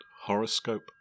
Horoscope